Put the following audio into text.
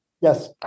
Yes